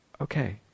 Okay